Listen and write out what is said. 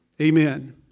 Amen